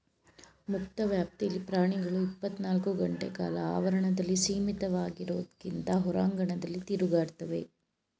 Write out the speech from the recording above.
ಮುಕ್ತ ವ್ಯಾಪ್ತಿಲಿ ಪ್ರಾಣಿಗಳು ಇಪ್ಪತ್ನಾಲ್ಕು ಗಂಟೆಕಾಲ ಆವರಣದಲ್ಲಿ ಸೀಮಿತವಾಗಿರೋದ್ಕಿಂತ ಹೊರಾಂಗಣದಲ್ಲಿ ತಿರುಗಾಡ್ತವೆ